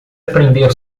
aprender